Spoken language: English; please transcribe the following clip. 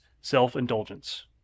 self-indulgence